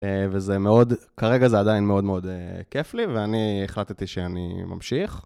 וזה מאוד, כרגע זה עדיין מאוד מאוד כיף לי, ואני החלטתי שאני ממשיך.